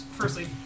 firstly